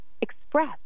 express